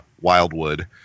wildwood